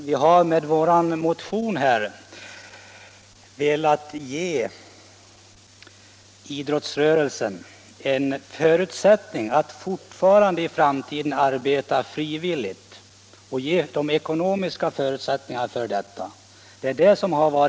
Herr talman! Vi har med vår motion velat ge idrottsrörelsen möjlighet att fortfarande och i framtiden arbeta frivilligt och att ge den de ekonomiska förutsättningarna för detta.